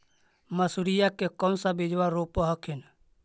मसुरिया के कौन सा बिजबा रोप हखिन?